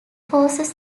forces